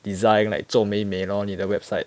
design like 做美美 lor 你的 website